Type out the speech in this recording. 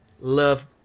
Love